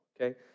okay